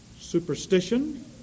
Superstition